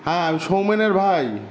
হ্যাঁ আমি সৌমেনের ভাই